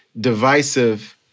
divisive